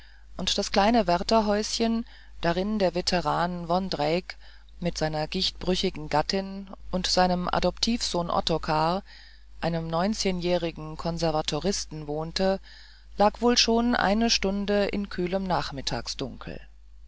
und das kleine wärterhäuschen darin der veteran vondrejc mit seiner gichtbrüchigen gattin und seinem adoptivsohn ottokar einem neunzehnjährigen konservatoristen wohnte lag wohl schon eine stunde in kühlem